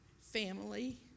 family